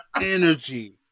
Energy